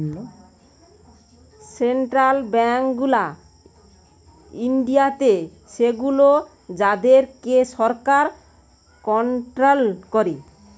central bank গুলা ইন্ডিয়াতে সেগুলো যাদের কে সরকার কন্ট্রোল করে